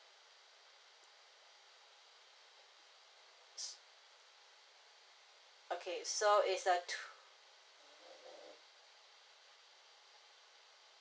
s~ okay so it's a two